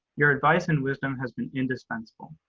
your advice and wisdom has been indispensable.